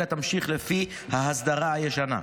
אלא תמשיך לפי ההסדרה הישנה,